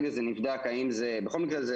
בכל מקרה,